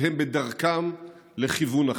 והם בדרכם לכיוון אחר.